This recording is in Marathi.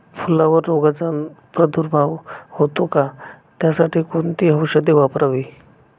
फुलावर रोगचा प्रादुर्भाव होतो का? त्यासाठी कोणती औषधे वापरावी?